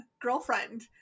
girlfriend